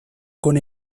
con